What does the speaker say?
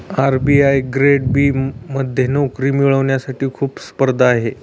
RBI grade B मध्ये नोकरी मिळवण्यासाठी खूप स्पर्धा आहे